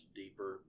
deeper